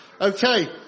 Okay